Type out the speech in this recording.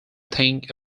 think